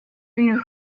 une